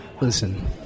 Listen